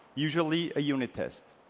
usually, a unit test.